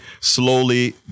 slowly